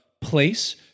place